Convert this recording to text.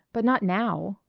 but not now.